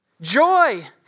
joy